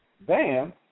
bam